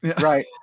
right